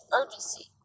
urgency